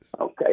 Okay